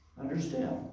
understand